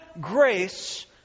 grace